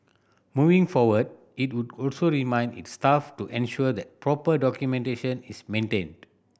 moving forward it would also remind its staff to ensure that proper documentation is maintained